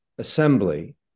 assembly